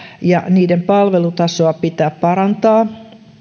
ja niiden palvelutasoa pitää parantaa